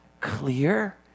clear